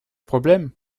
problème